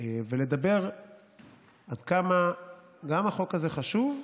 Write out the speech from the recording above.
ולדבר עד כמה החוק הזה חשוב,